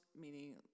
meaning